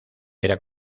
era